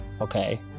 Okay